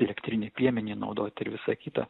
elektrinį piemenį naudot ir visa kita